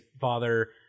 father